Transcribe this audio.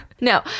No